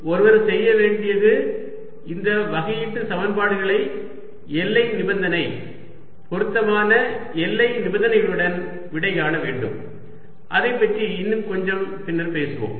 எனவே ஒருவர் செய்ய வேண்டியது அந்த வகையீட்டு சமன்பாடுகளை எல்லை நிபந்தனை பொருத்தமான எல்லை நிபந்தனையுடன் விடைகாண வேண்டும் அதைப் பற்றி இன்னும் கொஞ்சம் பின்னர் பேசுவோம்